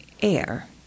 air